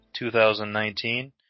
2019